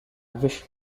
wish